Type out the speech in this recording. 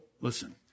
Listen